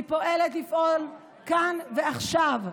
אני בוחרת לפעול כאן ועכשיו.